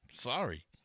Sorry